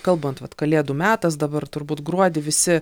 kalbant vat kalėdų metas dabar turbūt gruodį visi